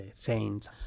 saints